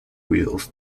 wheels